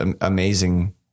amazing